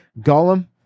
Gollum